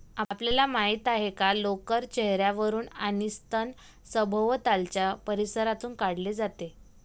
आपल्याला माहित आहे का लोकर चेहर्यावरून आणि स्तन सभोवतालच्या परिसरातून काढले जाते